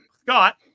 Scott